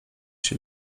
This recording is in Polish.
się